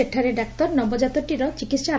ସେଠାରେ ଡାକ୍ତର ନବଜାତକଟିର ଚିକିିିି